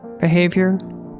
behavior